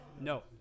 No